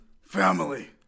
family